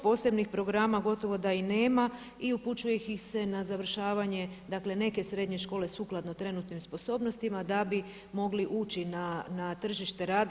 Posebnih programa gotovo da i nema i upućuje ih se na završavanje, dakle neke srednje škole sukladno trenutnim sposobnostima da bi mogli ući na tržište rada.